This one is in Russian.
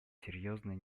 серьезные